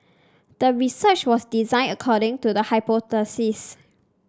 the research was designed according to the hypothesis